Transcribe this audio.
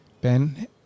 Ben